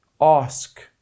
Ask